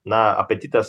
na apetitas